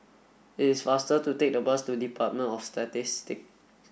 it is faster to take the bus to Department of Statistics